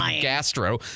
Gastro